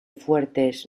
fuertes